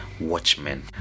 watchmen